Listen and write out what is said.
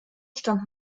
stand